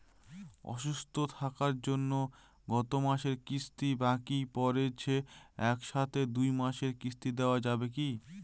অসুস্থ থাকার জন্য গত মাসের কিস্তি বাকি পরেছে এক সাথে দুই মাসের কিস্তি দেওয়া যাবে কি?